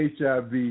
HIV